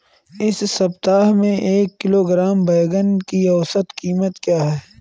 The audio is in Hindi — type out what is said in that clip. इस सप्ताह में एक किलोग्राम बैंगन की औसत क़ीमत क्या है?